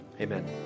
Amen